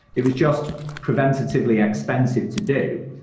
it was just preventatively expensive to do.